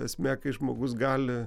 esmė kai žmogus gali